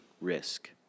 risk